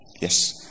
Yes